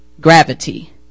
Gravity